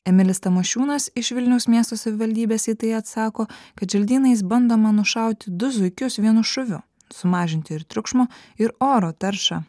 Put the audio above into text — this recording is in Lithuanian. emilis tamošiūnas iš vilniaus miesto savivaldybės į tai atsako kad želdynais bandoma nušauti du zuikius vienu šūviu sumažinti ir triukšmo ir oro taršą